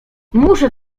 muszę